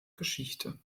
geschichte